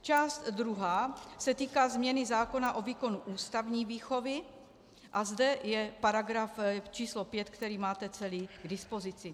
Část druhá se týká změny zákona o výkonu ústavní výchovy a zde je § 5, který máte celý k dispozici.